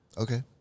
Okay